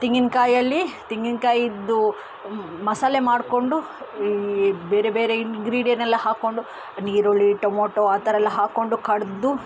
ತೆಂಗಿನಕಾಯಲ್ಲಿ ತೆಂಗಿನಕಾಯ್ದು ಮಸಾಲೆ ಮಾಡಿಕೊಂಡು ಈ ಬೇರೆ ಬೇರೆ ಇನ್ಗ್ರೀಡಿಯನ್ನೆಲ್ಲ ಹಾಕ್ಕೊಂಡು ನೀರುಳ್ಳಿ ಟೊಮೊಟೊ ಆ ಥರಯೆಲ್ಲ ಹಾಕ್ಕೊಂಡು ಕಡೆದು